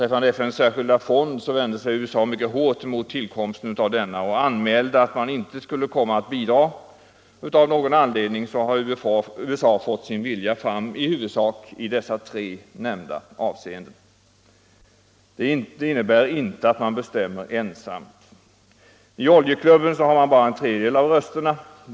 USA vände sig mycket hårt mot tillkomsten av FN:s särskilda fond och anmälde att man inte skulle komma att bidra. Av någon anledning har USA i huvudsak fått sin vilja fram på de tre nämnda punkterna. Det innebär inte att USA ensamt bestämmer. I oljeklubben har USA ”bara” en tredjedel av rösterna.